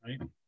right